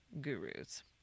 gurus